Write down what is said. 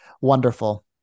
wonderful